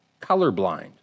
colorblind